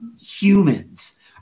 humans